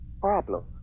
problem